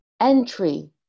entry